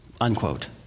Unquote